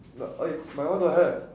the !oi! my one don't have